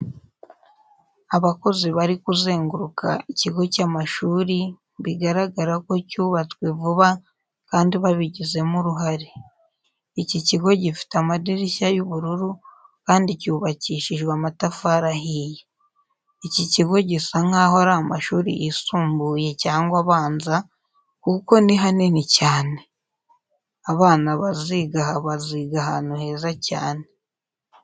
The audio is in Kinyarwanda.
Abakozi bari kuzenguruka ikigo cy'amashuri bigaragara ko cyubatswe vuba kandi babigizemo uruhare. Iki kigo gifite amadirishya y'ubururu kandi cyubakishijwe amatafari ahiye. Iki kigo gisa nkaho ari amashuri y'isumbuye cyangwa abanza kuko ni hanini cyane. Abana baziga aha baziga ahantu heza cyane.